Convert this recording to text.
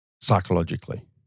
psychologically